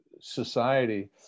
society